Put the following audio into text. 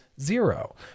zero